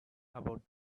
about